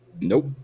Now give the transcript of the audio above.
Nope